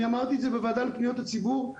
אני אמרתי את זה בוועדת פניות הציבור,